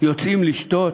יוצאים לשתות,